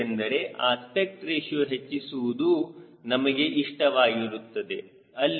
ಏಕೆಂದರೆ aspect ratio ಹೆಚ್ಚಿಸುವುದು ನಮಗೆ ಇಷ್ಟವಾಗಿರುತ್ತದೆ